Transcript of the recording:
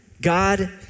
God